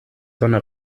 sonne